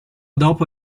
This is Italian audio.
dopo